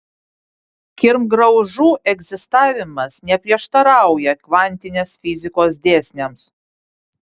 kirmgraužų egzistavimas neprieštarauja kvantinės fizikos dėsniams